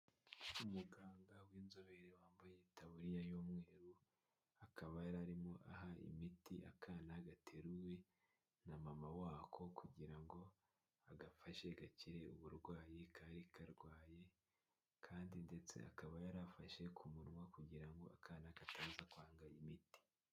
Umuganga w'inzobere wambaye itaburiya y'umweru, akaba yari arimo aha imiti akana gateruwe na mama wako kugira ngo agafashe gakire uburwayi kari karwaye kandi ndetse akaba yari afashe ku munwa kugira ngo akana kataza kwanga imiti.